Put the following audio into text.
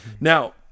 Now